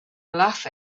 laugh